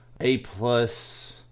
A-plus